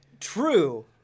True